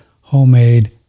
homemade